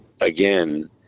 again